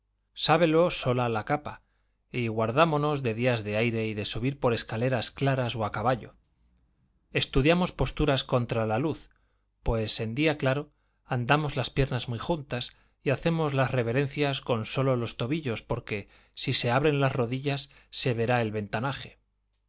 sábelo sola la capa y guardámonos de días de aire y de subir por escaleras claras o a caballo estudiamos posturas contra la luz pues en día claro andamos las piernas muy juntas y hacemos las reverencias con solos los tobillos porque si se abren las rodillas se verá el ventanaje